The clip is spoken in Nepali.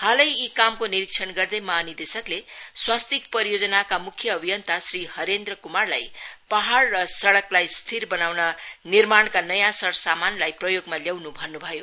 हालै यी कामको निरीक्षण गर्दै महा निर्देशकले स्वस्तिक परियोजनाका म्ख्य अभियन्ता श्री हरेन्द्र क्मारलाई पहाङ र सड़कली स्थिर बताउन निर्माणका नयाँ सरसामानलाई प्रयोगमा ल्याउन् भन्न् भयो